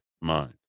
mind